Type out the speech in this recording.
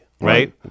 right